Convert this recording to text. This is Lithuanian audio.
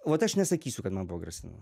o vat aš nesakysiu kad man buvo grasinama